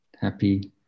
happy